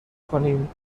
کنیم